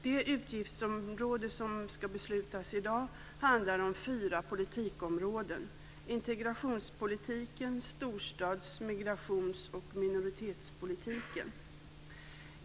Det ingår fyra politikområden i det utgiftsområde som vi ska besluta om i dag: integrationspolitiken, storstadspolitiken, migrationspolitiken och minoritetspolitiken.